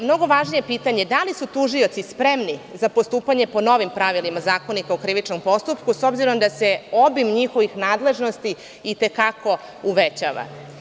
Mnogo važnije pitanje je – da li su tužioci spremni za postupanje po novim pravilima Zakonika o krivičnom postupku, s obzirom da se obim njihovih nadležnosti i te kako uvećava.